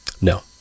No